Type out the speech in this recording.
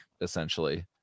Essentially